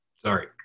sorry